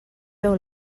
veu